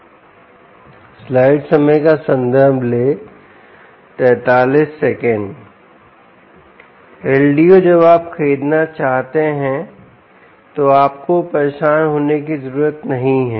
LDO जब आप खरीदना चाहते हैं तो आपको परेशान होने की जरूरत नहीं है